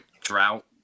drought